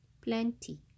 Plenty